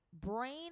brain